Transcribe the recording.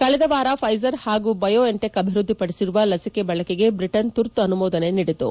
ಕಳೆದವಾರ Pfizer ಹಾಗೂ BioNTech ಅಭಿವೃದ್ದಿಪಡಿಸಿರುವ ಲಸಿಕೆ ಬಳಕೆಗೆ ಬ್ರಿಟನ್ ತುರ್ತು ಅನುಮೋದನೆ ನೀಡಿತು